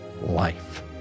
life